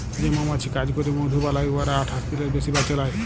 যে মমাছি কাজ ক্যইরে মধু বালাই উয়ারা আঠাশ দিলের বেশি বাঁচে লায়